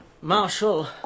Marshal